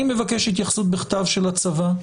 אני מבקש התייחסות בכתב של הצבא,